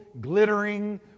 glittering